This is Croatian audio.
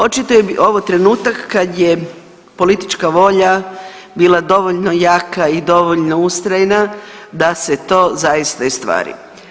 Očito je ovo trenutak kad je politička volja bila dovoljno jako i dovoljno ustrajna da se to zaista i ostvari.